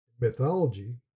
mythology